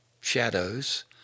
Shadows